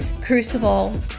Crucible